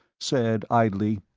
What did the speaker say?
said idly,